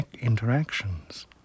interactions